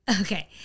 Okay